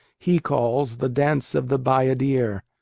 he calls the dance of the bayadeer.